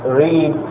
read